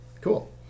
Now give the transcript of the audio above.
cool